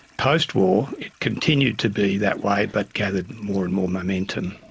post-war it continued to be that way but gathered more and more momentum.